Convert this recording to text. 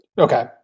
Okay